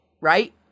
right